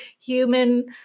human